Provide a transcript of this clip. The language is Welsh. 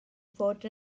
fod